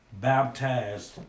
baptized